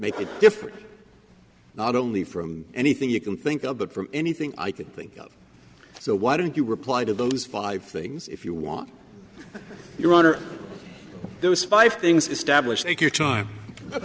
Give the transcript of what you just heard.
make it different not only from anything you can think of but from anything i could think of so why don't you reply to those five things if you want your honor those five things established take your time but